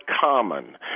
common